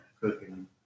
cooking